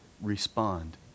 respond